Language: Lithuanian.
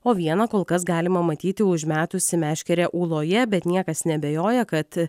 o vieną kol kas galima matyti užmetusį meškerę ūloje bet niekas neabejoja kad